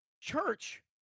church